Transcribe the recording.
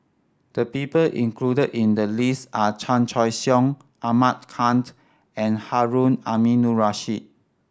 the people included in the list are Chan Choy Siong Ahmad Khan and Harun Aminurrashid